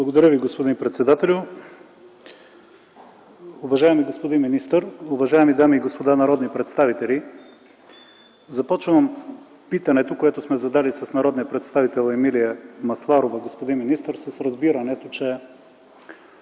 Благодаря, господин председател. Уважаеми господин министър, уважаеми дами и господа народни представители! Започвам питането, което сме задали с народния представител Емилия Масларова, с разбирането, че